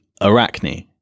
Arachne